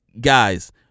guys